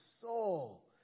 soul